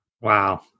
Wow